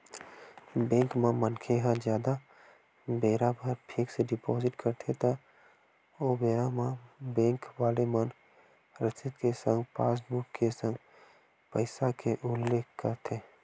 bank म मनखे ह जादा बेरा बर फिक्स डिपोजिट करथे त ओ बेरा म बेंक वाले मन रसीद के संग पासबुक के संग पइसा के उल्लेख करथे